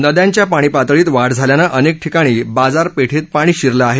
नद्यांच्या पाणीपातळीत वाढ झाल्यानं अनेक ठिकाणी बाजारपेठेत पाणी शिरलं आहे